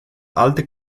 alte